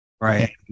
right